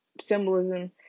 symbolism